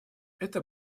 это